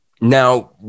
Now